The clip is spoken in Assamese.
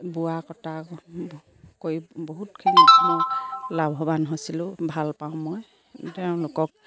বোৱা কটা কৰি বহুতখিনি মই লাভৱান হৈছিলোঁ ভাল পাওঁ মই তেওঁলোকক